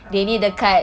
oh